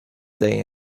day